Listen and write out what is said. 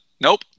nope